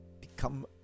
become